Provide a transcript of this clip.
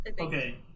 Okay